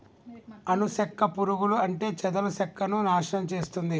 అను సెక్క పురుగులు అంటే చెదలు సెక్కను నాశనం చేస్తుంది